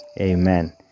amen